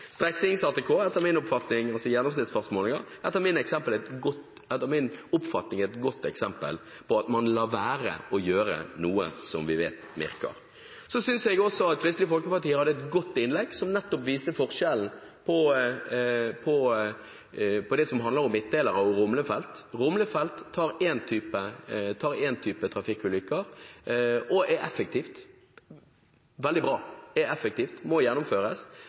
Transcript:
er etter min oppfatning et godt eksempel på at man lar være å gjøre noe som vi vet virker. Jeg synes også at Kristelig Folkeparti hadde et godt innlegg som nettopp viste forskjellen mellom det som handler om midtdelere og rumlefelt, og streknings-ATK. Rumlefelt tar én type trafikkulykker, er effektivt og må gjennomføres. Streknings-ATK sørger for å redusere farten. Det er veldig bra. Det som er